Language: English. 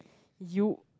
you